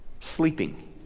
Sleeping